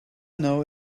know